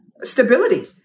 stability